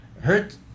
hurt